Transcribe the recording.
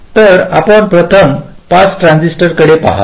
तर आपण प्रथम पास ट्रान्झिस्टर कडे पहा